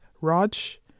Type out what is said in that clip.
Raj